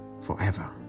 forever